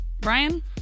Brian